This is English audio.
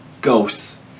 ghosts